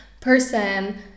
person